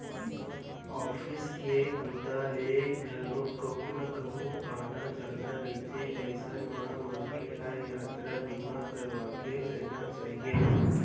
office के बूता ले घलोक कहूँ न कहूँ आना जाना रहिथे अइसन म मनसे ल यातरा बीमा करवाके रहिना चाही